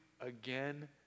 again